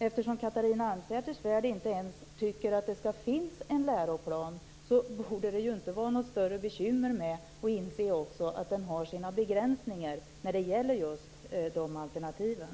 Eftersom Catharina Elmsäter-Svärd inte ens tycker att det skall finnas en läroplan borde det inte vara något större bekymmer att också inse att den har sina begränsningar när det gäller just de här alternativen.